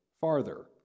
farther